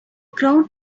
crowd